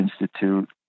Institute